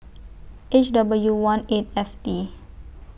H W one eight F T